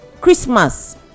Christmas